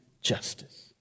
Justice